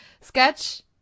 sketch